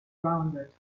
rounded